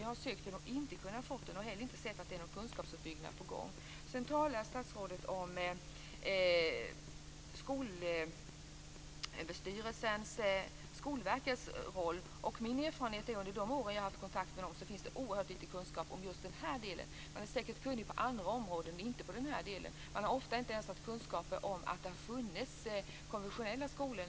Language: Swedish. Jag har sökt den men inte kunnat få den, och jag har inte heller sett att det är någon kunskapsuppbyggnad på gång. Statsrådet talade vidare om Skolverkets roll. Min erfarenhet från de år som jag har haft kontakt med det är att det finns oerhört liten kunskap om just detta. Man är säkert kunnig på andra områden men inte på det här. Man har ofta inte ens haft kunskap om att det finns konfessionella skolor.